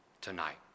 tonight